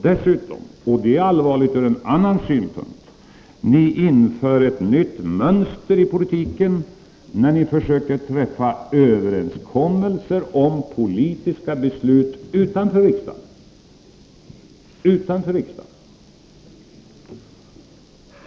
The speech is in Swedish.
Dessutom — och det är allvarligt ur en annan synpunkt — inför ni ett nytt mönster i politiken, när ni försöker träffa överenskommelser om politiska beslut utanför riksdagen.